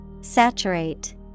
Saturate